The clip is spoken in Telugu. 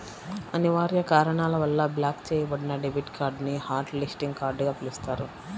అనివార్య కారణాల వల్ల బ్లాక్ చెయ్యబడిన డెబిట్ కార్డ్ ని హాట్ లిస్టింగ్ కార్డ్ గా పిలుస్తారు